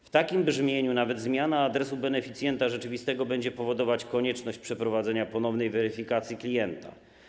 W takim brzmieniu nawet zmiana adresu beneficjenta rzeczywistego będzie powodować konieczność przeprowadzenia ponownej weryfikacji klienta.